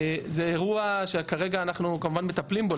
זה אירוע שכרגע אנחנו כמובן מטפלים בו,